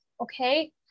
Okay